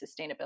sustainability